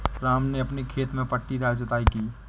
राम ने अपने खेत में पट्टीदार जुताई की